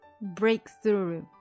breakthrough